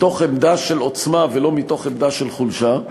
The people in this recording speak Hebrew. מתוך עמדה של עוצמה, ולא מתוך עמדה של חולשה,